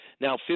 now